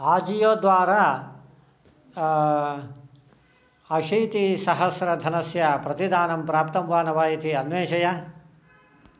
आजियो द्वारा अशीतिसहस्रधनस्य प्रतिदानं प्राप्तं वा न वा इति अन्वेषय